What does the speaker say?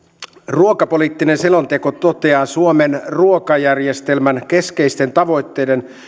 ruokapoliittinen selonteko toteaa suomen ruokajärjestelmän keskeisten tavoitteiden